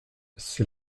c’est